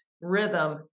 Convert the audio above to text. rhythm